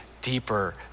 deeper